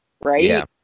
right